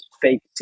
fake